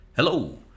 Hello